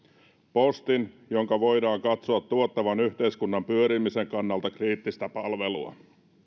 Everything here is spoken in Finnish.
postin jonka voidaan katsoa tuottavan yhteiskunnan pyörimisen kannalta kriittistä palvelua jos